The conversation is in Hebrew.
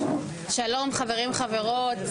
שלום חברים חברות,